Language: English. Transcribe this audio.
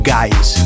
Guys